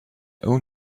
own